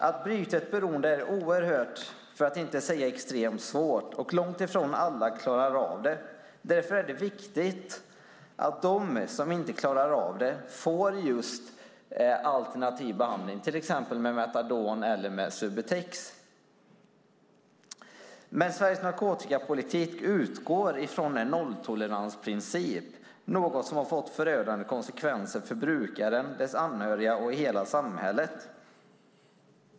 Att bryta ett beroende är extremt svårt, och långt ifrån alla klarar av det. Därför är det viktigt att de som inte klarar av det får just alternativ behandling, till exempel med Metadon eller Subutex. Men Sveriges narkotikapolitik utgår från en nolltoleransprincip, något som har fått förödande konsekvenser för brukaren, brukarens anhöriga och hela samhället.